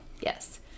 Yes